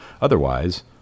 Otherwise